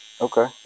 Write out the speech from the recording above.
Okay